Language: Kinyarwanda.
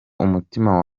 umutima